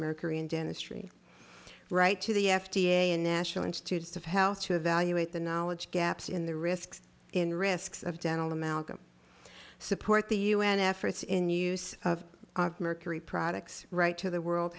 mercury and dentistry right to the f d a and national institutes of health to evaluate the knowledge gaps in the risks in risks of dental amalgam support the u n efforts in use of mercury products right to the world